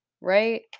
right